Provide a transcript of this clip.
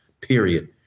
period